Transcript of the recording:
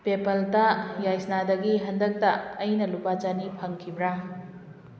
ꯄꯦꯄꯜꯇ ꯌꯥꯏꯁꯅꯥꯗꯒꯤ ꯍꯟꯗꯛꯇ ꯑꯩꯅ ꯂꯨꯄꯥ ꯆꯅꯤ ꯐꯪꯈꯤꯕ꯭ꯔꯥ